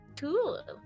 Cool